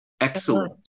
excellent